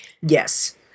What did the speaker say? Yes